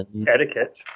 Etiquette